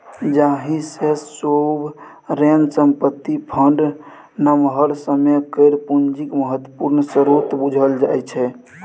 जाहि सँ सोवरेन संपत्ति फंड नमहर समय केर पुंजीक महत्वपूर्ण स्रोत बुझल जाइ छै